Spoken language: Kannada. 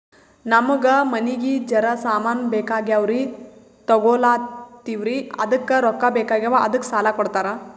ನಮಗ ಮನಿಗಿ ಜರ ಸಾಮಾನ ಬೇಕಾಗ್ಯಾವ್ರೀ ತೊಗೊಲತ್ತೀವ್ರಿ ಅದಕ್ಕ ರೊಕ್ಕ ಬೆಕಾಗ್ಯಾವ ಅದಕ್ಕ ಸಾಲ ಕೊಡ್ತಾರ?